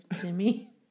jimmy